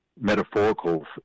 metaphorical